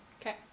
Okay